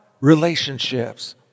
relationships